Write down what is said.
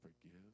forgive